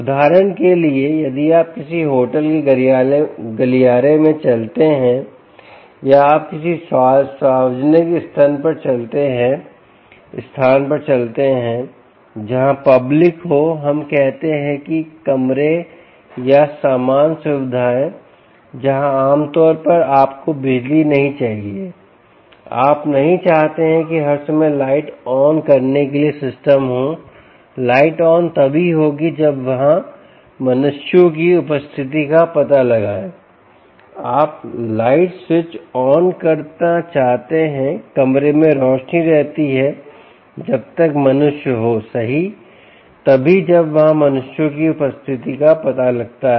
उदाहरण के लिए यदि आप किसी होटल के गलियारे में चलते हैं या आप किसी सार्वजनिक स्थान पर चलते हैं जहां पब्लिक हो हम कहते हैं कि कमरे या सामान्य सुविधाएं जहां आम तौर पर आपको बिजली नहीं चाहिए आप नहीं चाहते हैं कि हर समय लाइट ऑन करने के लिए सिस्टम हो लाइट ऑन तभी होगी जब वह मनुष्यों की उपस्थिति का पता लगाए आप लाइट स्विच ऑन करना चाहते हैं कमरे में रोशनी रहती है जब तक मनुष्य हो सही तभी जब वह मनुष्यों की उपस्थिति का पता लगाता है